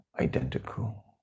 identical